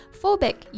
phobic